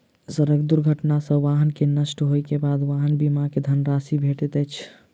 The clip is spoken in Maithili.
सड़क दुर्घटना सॅ वाहन के नष्ट होइ के बाद वाहन बीमा के धन राशि भेटैत अछि